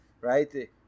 right